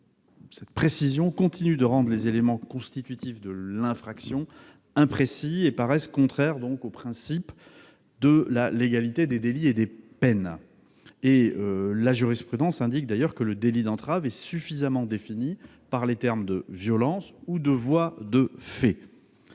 d'obstruction et d'intrusion, les éléments constitutifs de l'infraction restent imprécis et paraissent donc contraires au principe de la légalité des délits et des peines. La jurisprudence indique d'ailleurs que le délit d'entrave est suffisamment défini par les termes de « violences » ou de « voies de fait